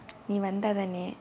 நீ வந்தா தானே:nee vanthaa thaanae